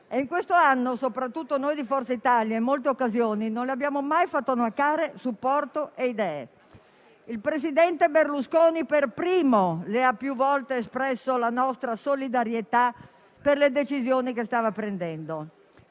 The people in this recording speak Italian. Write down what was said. e in questo anno, soprattutto noi di Forza Italia, in molte occasioni, non le abbiamo mai fatto mancare supporto e idee. Il presidente Berlusconi per primo le ha più volte espresso la nostra solidarietà per le decisioni che stava prendendo;